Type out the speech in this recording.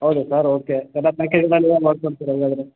ಹೌದಾ sir okay ಎಲ್ಲ package ಎಲ್ಲ ನೀವೇ ಮಾಡಿಕೊಡ್ತೀರ ಹಂಗಾದ್ರೆ